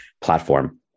platform